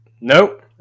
nope